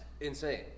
insane